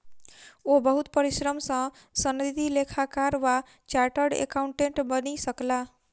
ओ बहुत परिश्रम सॅ सनदी लेखाकार वा चार्टर्ड अकाउंटेंट बनि सकला